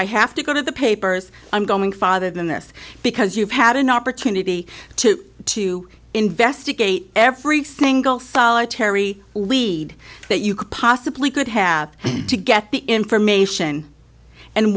i have to go to the papers i'm going father than this because you've had an opportunity to to investigate every single solitary lead that you could possibly could have to get the information and